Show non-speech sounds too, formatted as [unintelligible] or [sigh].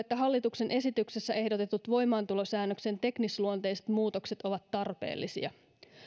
[unintelligible] että hallituksen esityksessä ehdotetut voimaantulosäännöksen teknisluonteiset muutokset ovat tarpeellisia